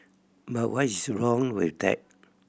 but what is wrong with that